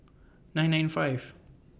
nine nine five